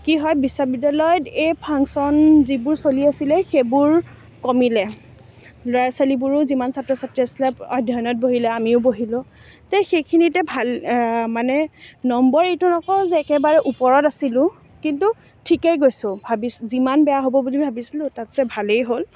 কি হয় এই বিশ্ববিদ্যালয়ত ফাংশ্যন যিবোৰ চলি আছিলে সেইবোৰ কমিলে ল'ৰা ছোৱালীবোৰো যিমান ছাত্ৰ ছাত্ৰী আছিলে অধ্যয়নত বহিলে আমিও বহিলোঁ তে সেইখিনিতে ভাল মানে নম্বৰ এইটো নকওঁ যে একেবাৰে ওপৰত আছিলোঁ কিন্তু ঠিকেই গৈছোঁ ভাবি যিমান বেয়া হ'ব বুলি ভাবিছিলোঁ তাতচে ভালেই হ'ল